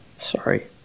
Sorry